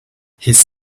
his